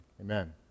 amen